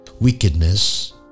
wickedness